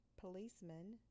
policeman